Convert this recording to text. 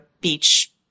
beach